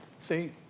See